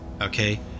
Okay